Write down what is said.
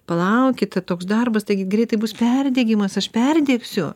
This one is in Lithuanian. palaukite toks darbas taigi greitai bus perdegimas aš perdegsiu